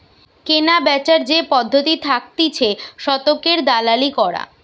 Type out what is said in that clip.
কেনাবেচার যে পদ্ধতি থাকতিছে শতকের দালালি করা